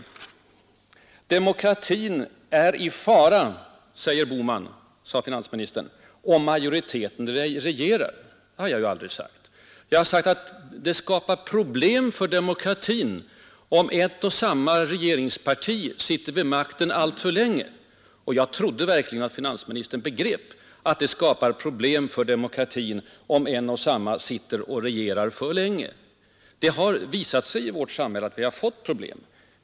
Finansministern sade: Demokratin är i fara, säger herr Bohman, om majoriteten regerar. Det har jag aldrig sagt. Jag har sagt att det skapar problem för demokratin om ett och samma parti sitter vid re ringsmakten alltför länge. Jag trodde verkligen att finansministern själv begrep att det skapar problem för demokratin, om ett och samma parti sitter och regerar alltför länge.